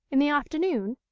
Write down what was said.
in the afternoon?